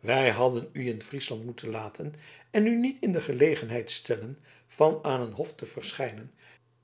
wij hadden u in friesland moeten laten en u niet in de gelegenheid stellen van aan een hof te verschijnen